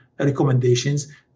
recommendations